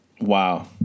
Wow